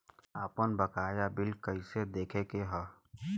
आपन बकाया बिल कइसे देखे के हौ?